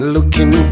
Looking